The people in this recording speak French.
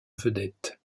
vedette